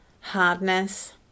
hardness